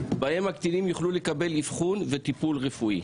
בהם הקטינים יוכלו לקבל אבחון וטיפול רפואי,